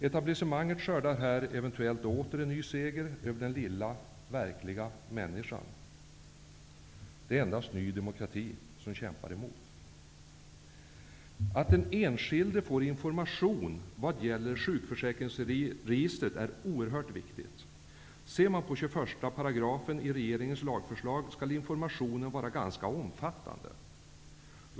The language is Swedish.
Etablissemanget skördar här eventuellt åter en ny seger över den lilla, verkliga människan. Det är endast ny demokrati som kämpar emot. Att den enskilde får information vad gäller sjukförsäkringsregistret är oerhört viktigt. Enligt 21 & i regeringens lagförslag skall informationen vara ganska omfattande.